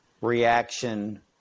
reaction